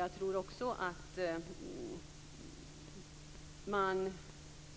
Jag tror också att man